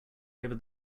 over